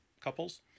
couples